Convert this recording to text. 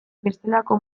bestelako